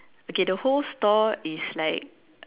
okay the whole store is like